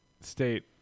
state